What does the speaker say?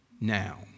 now